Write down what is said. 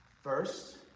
First